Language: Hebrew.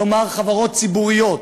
כלומר חברות ציבוריות,